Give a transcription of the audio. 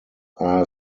are